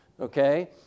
okay